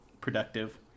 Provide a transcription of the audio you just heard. productive